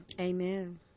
Amen